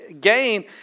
gain